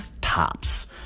tops